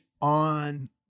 on